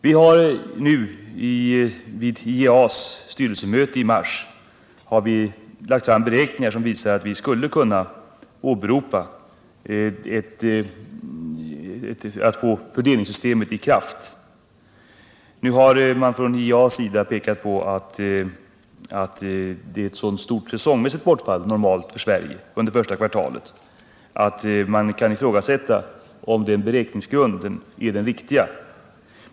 Vid IEA:s styrelsemöte i mars lade vi fram beräkningar som visar att vi skulle kunna begära att fördelningssystemet träder i kraft. Man har från IEA:s sida pekat på att det normalt finns ett stort säsongmässigt bortfall för Sveriges del under första kvartalet och att man därför kan ifrågasätta om beräkningsgrunden är den riktiga.